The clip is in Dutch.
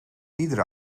iedere